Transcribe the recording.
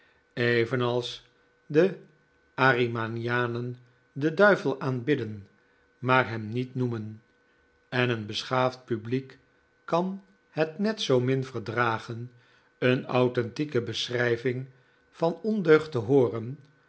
evenals de ahrimanianen den duivel aanbidden maar hem niet noemen en een beschaafd publiek kan het net zoo min verdragen een authentieke beschrijving van ondeugd te hooren